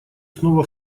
снова